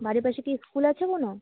বাড়ির পাশে কি স্কুল আছে কোনো